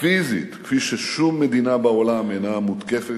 פיזית כפי ששום מדינה בעולם אינה מותקפת,